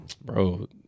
Bro